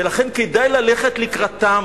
ולכן כדאי ללכת לקראתם.